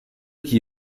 qui